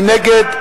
מי נגד?